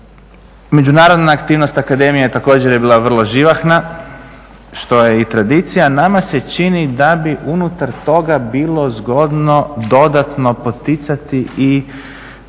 Međunarodna aktivnost akademije također je bila vrlo živahna što je i tradicija. Nama se čini da bi unutar toga bilo zgodno dodatno poticati i